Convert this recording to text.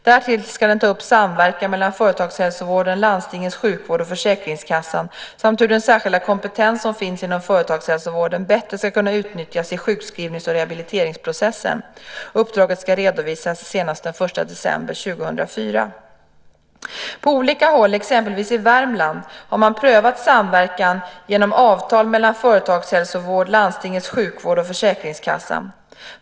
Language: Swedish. Därtill ska den ta upp samverkan mellan företagshälsovården, landstingens sjukvård och försäkringskassan samt hur den särskilda kompetens som finns inom företagshälsovården bättre ska kunna utnyttjas i sjukskrivnings och rehabiliteringsprocessen. Uppdraget ska redovisas senast den 1 december 2004. På olika håll, exempelvis i Värmland, har man prövat samverkan genom avtal mellan företagshälsovård, landstingets sjukvård och försäkringskassan.